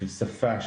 של שפה,